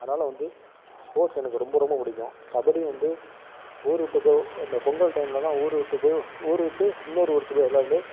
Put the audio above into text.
அதனால் வந்து ஸ்போர்ட்ஸ் எனக்கு ரொம்ப ரொம்ப பிடிக்கும் கபடி வந்து ஊர் விட்டு போய் இந்த பொங்கல் டைம்லல்லா ஊர் விட்டு போய் ஊர் விட்டு இன்னோர் ஊருக்கு போய் விளையாண்டு